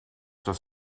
dass